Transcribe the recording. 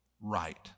right